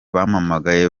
bampamagaye